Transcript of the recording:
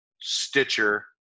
Stitcher